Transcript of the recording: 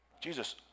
Jesus